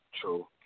True